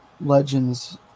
legends